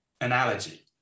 analogy